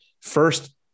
first